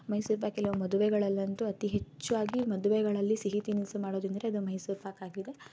ಮೈಸೂರು ಪಾಕ್ ಕೆಲವು ಮದುವೆಗಳಲ್ಲಂತು ಅತಿ ಹೆಚ್ಚಾಗಿ ಮದುವೆಗಳಲ್ಲಿ ಸಿಹಿ ತಿನಿಸು ಮಾಡೋದೆಂದರೆ ಅದು ಮೈಸೂರು ಪಾಕ್ ಆಗಿದೆ